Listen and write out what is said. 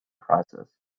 process